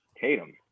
Tatum